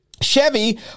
Chevy